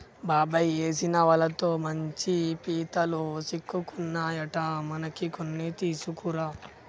బాబాయ్ ఏసిన వలతో మంచి పీతలు సిక్కుకున్నాయట మనకి కొన్ని తీసుకురా